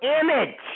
image